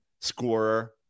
scorer